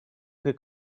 could